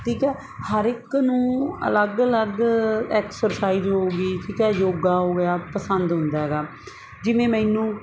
ਠੀਕ ਹੈ ਹਰ ਇੱਕ ਨੂੰ ਅਲੱਗ ਅਲੱਗ ਐਕਸਰਸਾਈਜ਼ ਹੋਵੇਗੀ ਠੀਕ ਹੈ ਯੋਗਾ ਹੋ ਗਿਆ ਪਸੰਦ ਹੁੰਦਾ ਹੈਗਾ ਜਿਵੇਂ ਮੈਨੂੰ